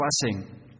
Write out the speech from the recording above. blessing